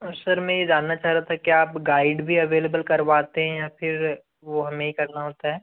और सर मैं ये जानना चाह रहा था क्या आप गाइड भी अवेलेबल करवाते हैं या फिर वो हमें ही करना होता है